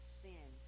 sin